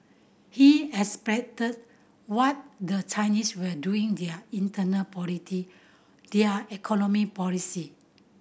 he explained what the Chinese were doing their internal politic their economic policy